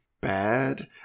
bad